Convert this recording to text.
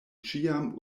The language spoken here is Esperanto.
ĉiam